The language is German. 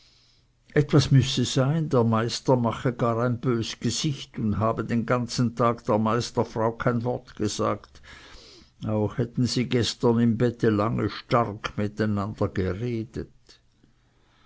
etwas müsse sein der meister mache ein gar bös gesicht und habe den ganzen tag der meisterfrau kein wort gesagt auch hätten sie gestern im bette lange stark miteinander geredet